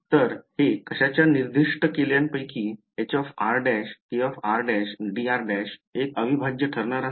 तर हे कशाच्या निर्दिष्ट केलेल्यांपैकी hr′ kr′dr′ एक अविभाज्य ठरणार आहे